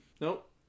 nope